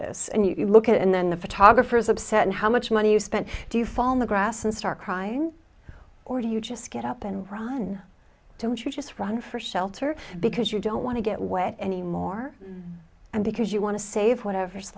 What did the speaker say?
this and you look at it and then the photographers upset how much money you spent do you fall in the grass and start crying or do you just get up and run don't you just run for shelter because you don't want to get wet anymore and because you want to save whatever